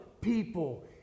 people